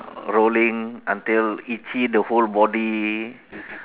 rolling until itchy the whole body